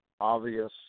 Obvious